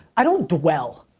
i don't dwell,